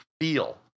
feel